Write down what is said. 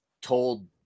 told